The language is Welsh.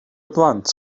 blant